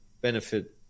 benefit